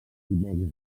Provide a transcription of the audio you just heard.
mèxic